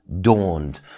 dawned